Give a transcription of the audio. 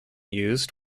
used